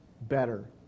better